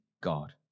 God